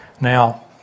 Now